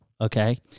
Okay